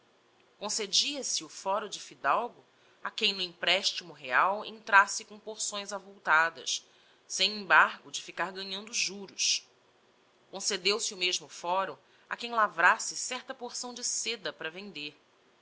a quer concedea se o fôro de fidalgo a quem no emprestimo real entrasse com porções avultadas sem embargo de ficar ganhando juros concedeu se o mesmo fôro a quem lavrasse certa porção de sêda para vender